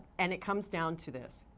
and it comes down to this.